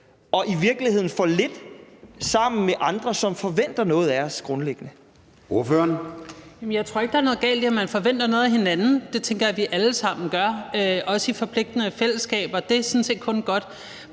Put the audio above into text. og i virkeligheden for lidt sammen med andre, som forventer noget af os? Kl.